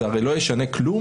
זה הרי לא ישנה כלום,